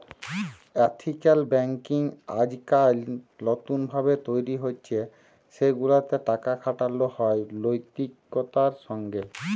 ethical banking আইজকাইল লতুল ভাবে তৈরি হছে সেগুলাতে টাকা খাটালো হয় লৈতিকতার সঙ্গে